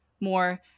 more